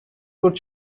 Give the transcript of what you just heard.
could